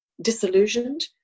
disillusioned